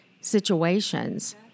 situations